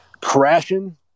crashing